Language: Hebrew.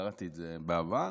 קראתי את זה בעבר,